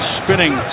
spinning